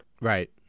Right